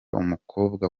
umukobwa